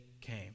came